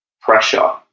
pressure